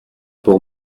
pour